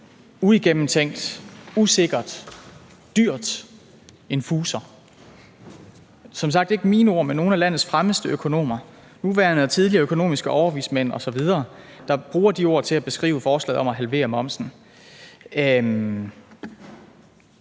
uigennemtænkt, usikkert, dyrt og en fuser. Som sagt er det ikke mine ord, men nogle af landets fremmeste økonomers ord; det er nogle af de nuværende og tidligere økonomiske overvismænd osv., der bruger de ord til at beskrive forslaget om at halvere momsen. Det